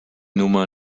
nummer